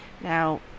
Now